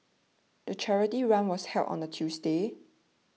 the charity run was held on a Tuesday